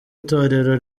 itorero